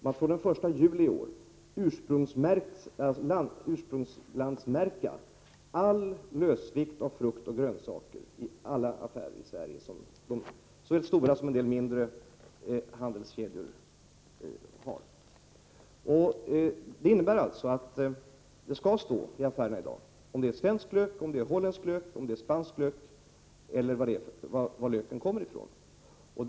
fr.o.m. den 1 juli i år skall man ursprungslandsmärka lösvikt av frukt och grönsaker i alla affärer i Sverige — såväl i stora som i en del mindre handelskedjor. Det innebär att det i dag i affärerna skall finnas angivet om det är svensk, holländsk eller t.ex. spansk lök.